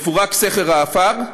יפורק סכר העפר,